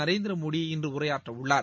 Narendra Modi இன்றுஉரையாற்றஉள்ளார்